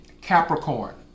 Capricorn